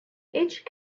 each